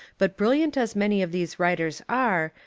but brilliant as many of these writers are,